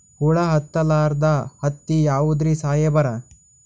ಹುಳ ಹತ್ತಲಾರ್ದ ಹತ್ತಿ ಯಾವುದ್ರಿ ಸಾಹೇಬರ?